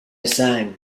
sang